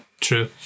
True